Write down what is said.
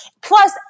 Plus